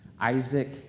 Isaac